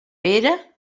pere